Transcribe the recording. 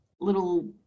little